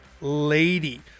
lady